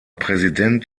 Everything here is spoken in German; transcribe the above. präsident